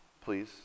please